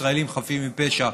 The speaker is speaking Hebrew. בישראלים חפים מפשע,